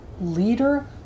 leader